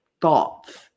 thoughts